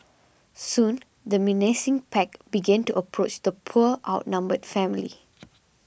soon the menacing pack began to approach the poor outnumbered family